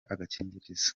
agakingirizo